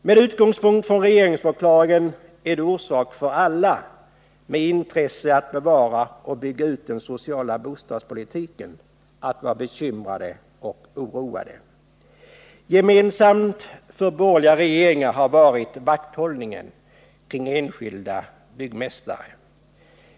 Med utgångspunkt i regeringsförklaringen är det orsak för alla med intresse för att bevara och bygga ut den sociala bostadspolitiken att vara bekymrade och oroade. Gemensam för borgerliga regeringar har varit vakthållningen kring enskilda byggmästare.